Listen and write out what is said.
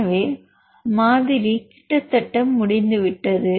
எனவே மாதிரி கிட்டத்தட்ட முடிந்துவிட்டது